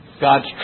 God's